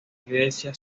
iglesia